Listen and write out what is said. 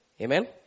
Amen